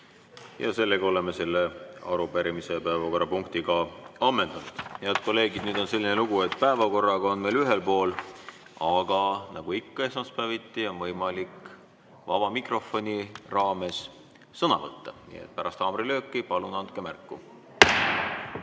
Oleme selle arupärimise päevakorrapunkti ammendanud. Head kolleegid! Nüüd on selline lugu, et päevakorraga oleme ühel pool, aga nagu ikka esmaspäeviti on võimalik vaba mikrofoni raames sõna võtta. Nii et pärast haamrilööki palun andke märku.